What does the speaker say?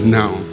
now